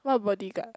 what bodyguard